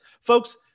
Folks